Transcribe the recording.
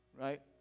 right